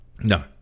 No